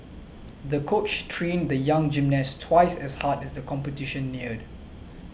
the coach trained the young gymnast twice as hard as the competition neared